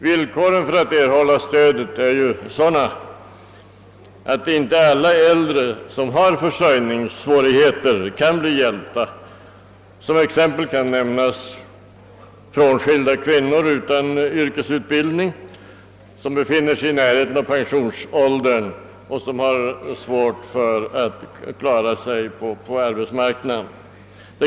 Villkoren för att erhålla stödet är sådana, att inte alla äldre som har försörjningssvårigheter kan bli hjälpta. Som exempel kan nämnas frånskilda kvinnor utan yrkesutbildning, vilka befinner sig i närheten av pensionsåldern och har svårt att klara sig på arbetsmarknaden.